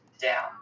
down